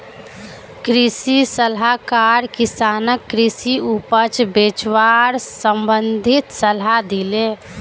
कृषि सलाहकार किसानक कृषि उपज बेचवार संबंधित सलाह दिले